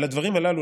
על הדברים הללו,